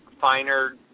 finer